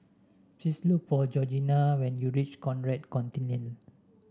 please look for Georgina when you reach Conrad Centennial